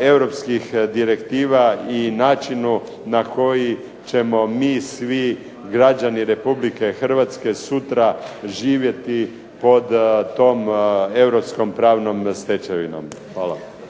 europskih direktiva i načinu na koji ćemo mi svi, građani Republike Hrvatske, sutra živjeti pod tom europskom pravnom stečevinom. Hvala.